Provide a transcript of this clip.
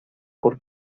por